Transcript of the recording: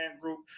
group